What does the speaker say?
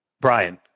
Brian